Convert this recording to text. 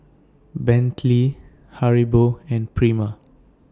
Bentley Haribo and Prima